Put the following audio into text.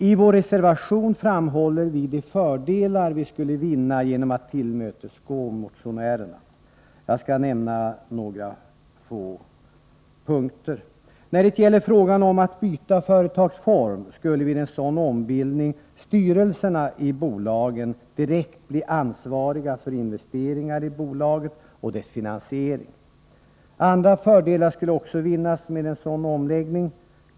I vår reservation framhåller vi de fördelar vi skulle vinna genom att tillmötesgå motionärerna. Jag skall nämna några få punkter. När det gäller frågan om att byta företagsform skulle vid en sådan ombildning styrelserna i bolagen direkt bli ansvariga för investeringar i bolagen och deras finansiering. Andra fördelar skulle också vinnas med en sådan omläggning.